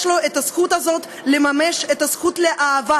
לו הזכות הזאת לממש את הזכות לאהבה.